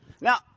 Now